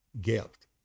gift